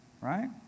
Right